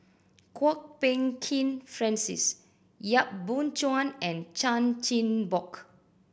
Kwok Peng Kin Francis Yap Boon Chuan and Chan Chin Bock